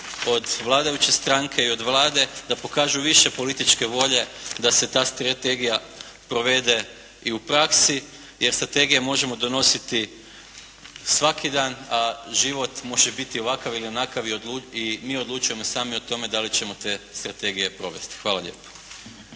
od vladajuće stranke i od Vlade da pokažu više političke volje da se ta strategija provede i u praksi jer strategije možemo donositi svaki dan, a život može biti ovakav ili onakav i mi odlučujemo sami o tome da li ćemo te strategije provesti. Hvala lijepo.